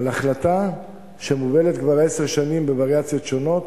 על החלטה שמובלת כבר עשר שנים בווריאציות שונות,